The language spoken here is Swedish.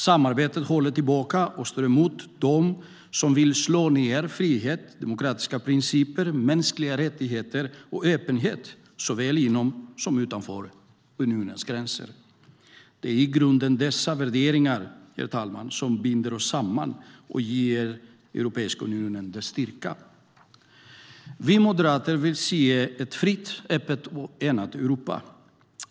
Samarbetet håller tillbaka och står emot dem som vill slå ned frihet, demokratiska principer, mänskliga rättigheter och öppenhet såväl inom som utanför unionens gränser. Det är i grunden dessa värderingar, herr talman, som binder oss samman och ger Europeiska unionen dess styrka. Vi moderater vill se ett fritt, öppet och enat Europa.